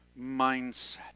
mindset